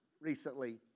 recently